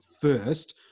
first